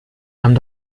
haben